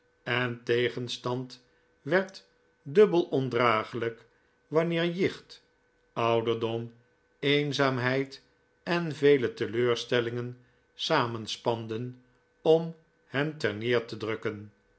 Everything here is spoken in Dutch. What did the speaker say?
en tegenstand werd dubbel ondragelijk wanneer jicht ouderdom eenzaamheid en vele teleurstellingen sarnenspanden om hem terneer te drukken